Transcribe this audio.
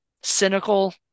Cynical